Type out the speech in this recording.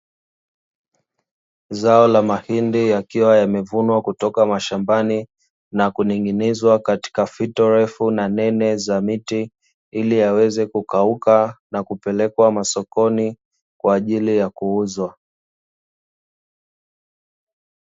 Zao la mahindi yakiwa yamevunwa kutoka mashambani na kunung'inizwa katika fito ndefu na nene za miti, ili yaweze kukauka na kupelekwa masokoni kwa ajili ya kuuzwa.